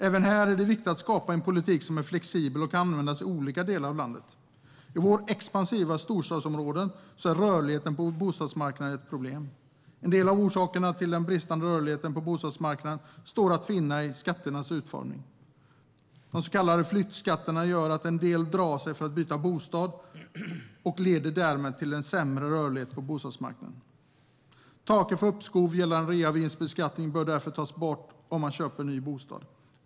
Även här är det viktigt att skapa en politik som är flexibel och kan användas i olika delar av landet. I våra expansiva storstadsområden är den bristande rörligheten på bostadsmarknaden ett problem. En del av orsakerna till den bristande rörligheten på bostadsmarknaden står att finna i skatternas utformning. De så kallade flyttskatterna gör att en del drar sig för att byta bostad, och det leder därmed till en sämre rörlighet på bostadsmarknaden. Taket för uppskov gällande reavinstbeskattning bör därför tas bort om man köper en ny bostad.